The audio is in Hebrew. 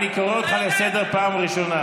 אם יבוא יהודי לא, בעיה של יוחסין?